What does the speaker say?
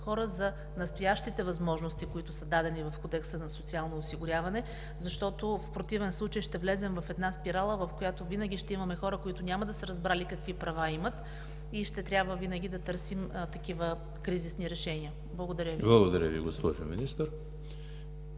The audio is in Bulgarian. хора за настоящите възможности, които са дадени в Кодекса за социално осигуряване, защото в противен случай ще влезем в една спирала, в която винаги ще имаме хора, които няма да са разбрали какви права имат, и ще трябва винаги да търсим такива кризисни решения. Благодаря Ви. ПРЕДСЕДАТЕЛ ЕМИЛ ХРИСТОВ: